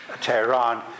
Tehran